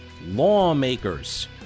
lawmakers